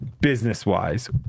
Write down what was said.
Business-wise